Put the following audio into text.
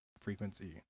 frequency